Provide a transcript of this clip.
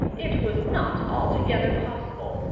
it was not altogether possible,